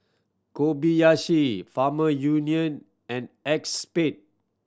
Kobayashi Farmer Union and Acexspade